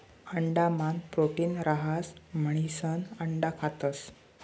अंडा मान प्रोटीन रहास म्हणिसन अंडा खातस